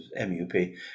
MUP